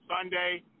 Sunday